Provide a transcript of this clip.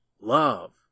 love